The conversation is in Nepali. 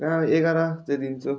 कहाँ एघार चाहिँ दिन्छु